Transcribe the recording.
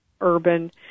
urban